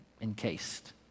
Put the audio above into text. encased